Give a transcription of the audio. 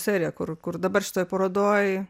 serija kur kur dabar šitoj parodoj